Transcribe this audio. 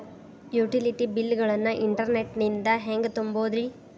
Utility bill ಗಳನ್ನ internet ನಿಂದ ಹೆಂಗ್ ತುಂಬೋದುರಿ?